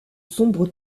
sombre